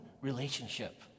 relationship